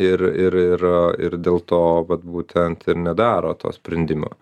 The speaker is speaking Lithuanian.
ir ir ir aa ir dėl too vat būtent ir nedaro to sprendimo